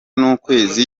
n’ukwezi